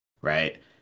right